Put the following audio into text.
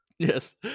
Yes